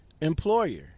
employer